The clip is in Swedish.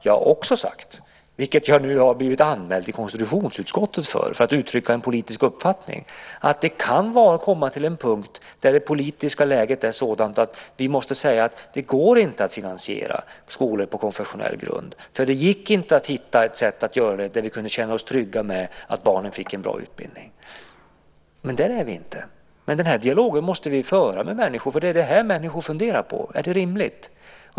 Jag har också sagt, vilket jag nu har blivit anmäld till konstitutionsutskottet för, för att uttrycka en politisk uppfattning, att det kan komma till en punkt där det politiska läget är sådant att vi måste säga att det inte går att finansiera skolor på konfessionell grund, för det gick inte att hitta ett sätt att göra det på som innebär att vi kan känna oss trygga med att barnen får en bra utbildning. Där är vi inte, men den här dialogen måste vi föra med människor, för det är det här människor funderar på: Är det rimligt?